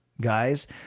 guys